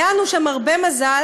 היה לנו שם הרבה מזל,